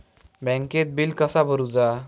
बँकेत बिल कसा भरुचा?